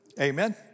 Amen